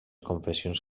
confessions